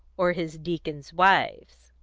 or his deacons' wives.